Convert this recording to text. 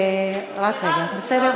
רק רגע, בסדר?